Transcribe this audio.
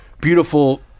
beautiful